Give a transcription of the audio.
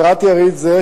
מטרת יריד זה,